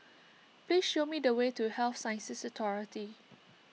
please show me the way to Health Sciences Authority